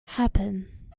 happen